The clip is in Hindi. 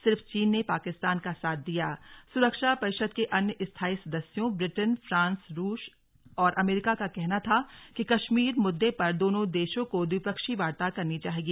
सिर्फ चीन ने पाकिस्तान का साथ दिया सुरक्षा परिषद के अन्य स्थायी सदस्यों ब्रिटेन फ्रांस रूस और अमरीका का कहना था कि कश्मीर मुद्दे पर दोनों देशो को द्विपक्षीय वार्ता करनी चाहिए